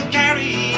carry